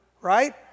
Right